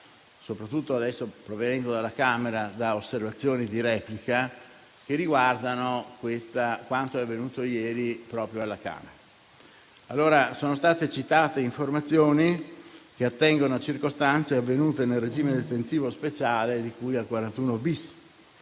soprattutto adesso, provenendo dalla Camera - da osservazioni che riguardano quanto è avvenuto ieri proprio alla Camera. Sono state citate informazioni che attengono a circostanze avvenute nel regime detentivo speciale di cui al 41-*bis.*